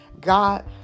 God